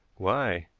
why?